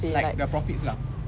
like the profits lah